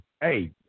hey